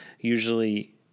usually